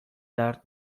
درد